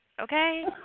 okay